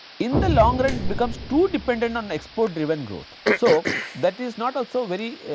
in the long run becomes too dependent on export driven growth so that is not also very